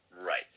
Right